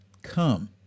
Come